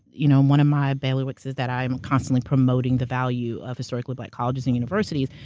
you know one of my bailiwicks is that i'm constantly promoting the value of historically black colleges and universities,